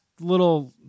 little